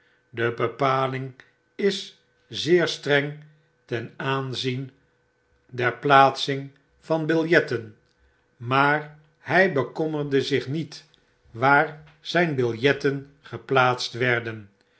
de bepaling is zeer streng ten aanzien der plaatsing van biljetten maar h g bekommerde zich niet waar zijn biljetten geplaatst werden